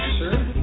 sure